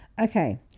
Okay